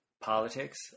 politics